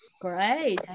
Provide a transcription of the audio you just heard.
Great